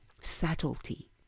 subtlety